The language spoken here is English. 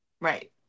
Right